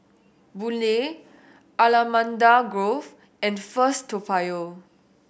Boon Lay Allamanda Grove and First Toa Payoh